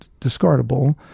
discardable